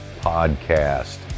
podcast